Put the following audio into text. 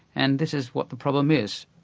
and this is what the problem is.